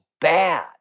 bad